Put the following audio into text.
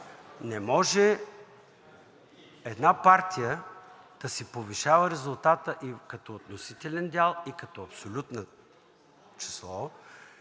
не може една партия да си повишава резултата и като относителен дял, и като абсолютно число